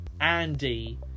Andy